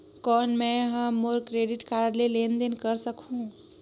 कौन मैं ह मोर क्रेडिट कारड ले लेनदेन कर सकहुं?